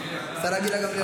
השרה גילה גמליאל פה.